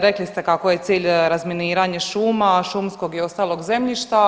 Rekli ste kako je cilj razminiranje šuma, šumskog i ostalog zemljišta.